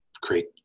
create